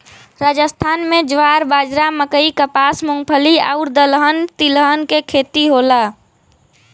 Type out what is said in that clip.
राजस्थान में ज्वार, बाजरा, मकई, कपास, मूंगफली आउर दलहन तिलहन के खेती होला